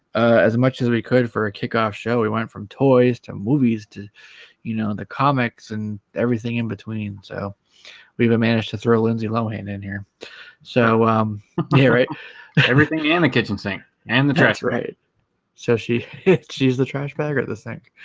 as much as we could for a kickoff show we went from toys to movies to you, know the comics and everything in between so we even managed to throw a lindsay lohan in here so um yeah right everything and the kitchen sink and the press right so she hit she's the trash bag at the sink